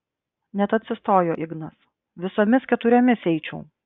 net atsistojo ignas visomis keturiomis eičiau